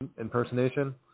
impersonation